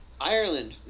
Ireland